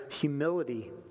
humility